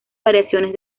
variaciones